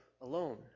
alone